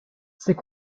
c’est